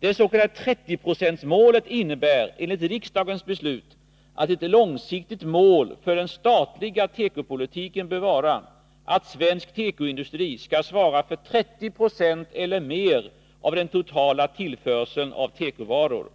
Det s.k. 30-procentsmålet innebär enligt riksdagens beslut att ett långsiktigt mål för den statliga tekopolitiken bör vara att svensk tekoindustri skall svara för 30 96 eller mer av den totala tillförseln av tekovaror.